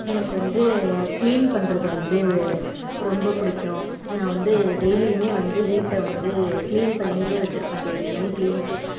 எனக்கு வந்து கிளீன் பண்ணுறது வந்து ரொம்ப பிடிக்கும் நான் வந்து டெய்லியுமே வந்து வீட்டை வந்து கிளீன் பண்ணியே வச்சுருப்பேன் டெய்லியுமே கிளீங்னிக்கு